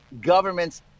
government's